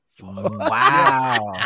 Wow